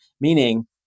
Meaning